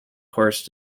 course